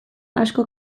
asko